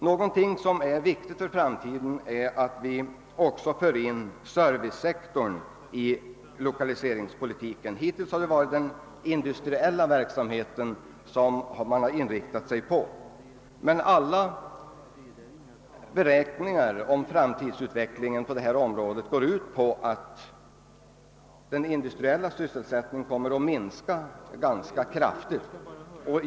Någonting som är viktigt för framtiden är att vi också för in servicesektorn i lokaliseringspolitiken. Hittills har man inriktat sig på den industriella verksamheten. Men alla beräkningar om den framtida utvecklingen på detta område går ut på att den industriella sysselsättningen kommer att minska ganska kraftigt.